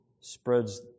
spreads